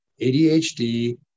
ADHD